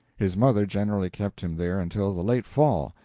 his mother generally kept him there until the late fall,